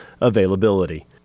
availability